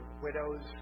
widows